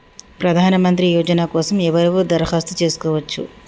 ప్రధానమంత్రి యోజన కోసం ఎవరెవరు దరఖాస్తు చేసుకోవచ్చు?